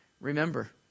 Remember